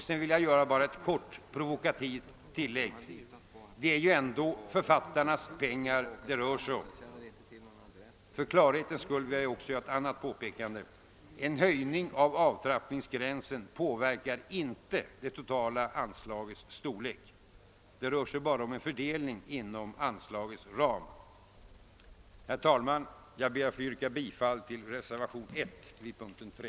Jag vill vidare bara göra ett kort provokativt tillägg: Det är ju ändå författarnas pengar det gäller! För klarhetens skull vill jag också göra ett annat påpekande: En höjning av avtrappningsgränsen påverkar inte det totala anslagets storlek. Det rör sig bara om en omfördelning inom anslagets ram. Herr talman! Jag ber att få yrka bifall till reservationen 1 a vid punkten 3.